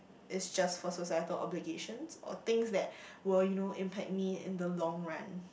is just for societal obligations or things that will you know impact me in the long run